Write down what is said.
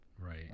Right